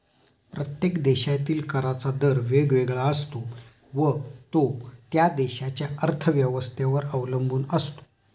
प्रत्येक देशातील कराचा दर वेगवेगळा असतो व तो त्या देशाच्या अर्थव्यवस्थेवर अवलंबून असतो